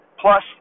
plus